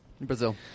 Brazil